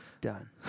Done